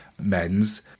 men's